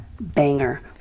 Banger